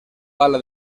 bala